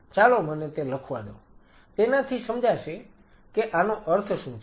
ચાલો મને તે લખવા દો તેનાથી સમજાશે કે આનો અર્થ શું છે